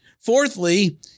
Fourthly